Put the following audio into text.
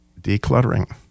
decluttering